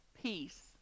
peace